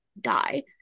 die